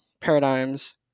paradigms